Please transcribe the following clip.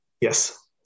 Yes